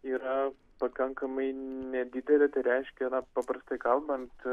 yra pakankamai nedidelė tai reiškia napaprastai kalbant